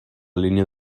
línia